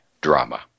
drama